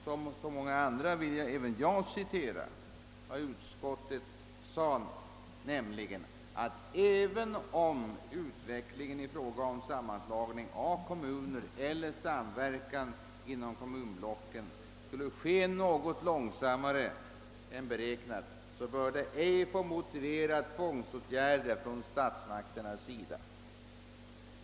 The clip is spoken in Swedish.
Som många andra vill även jag citera vad utskottet sade, nämligen att »även om utvecklingen i fråga om sammanslagning av kommuner eller samverkan inom kommunblocken skulle ske något långsammare än beräknat bör det ej få motivera tvångsåtgärder från statsmakternas sida».